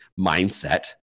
mindset